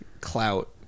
Clout